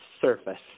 surface